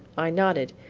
i nodded,